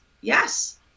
yes